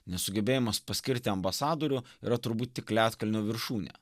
nesugebėjimas paskirti ambasadorių yra turbūt tik ledkalnio viršūnė